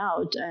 out